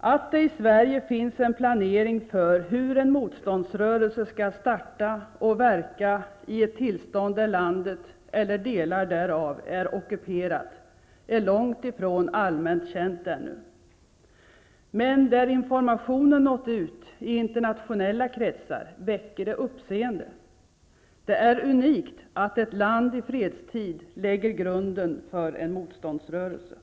att det i Sverige finns en planering för hur en motståndsrörelse skall starta och verka i ett tillstånd där landet -- eller delar därav -- är ockuperat. Men där informationen nått ut i internationella kretsar väcker det uppseende. Det är unikt att ett land i fredstid lägger grunden för en motståndsrörelse.